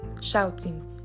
shouting